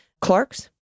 Clark's